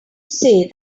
say